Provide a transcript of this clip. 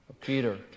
Peter